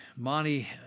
Monty